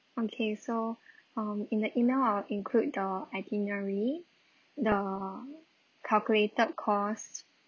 okay so um in the email I'll include the itinerary the calculated cost